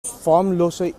formlose